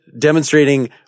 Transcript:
demonstrating